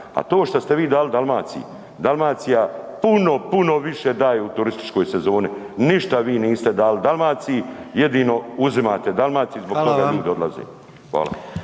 A to što ste vi dali Dalmaciji, Dalmacija puno, puno više u turističkoj sezoni. Ništa vi niste dali Dalmaciji, jedino uzimate Dalmaciji i zbog toga ljudi odlaze. Hvala.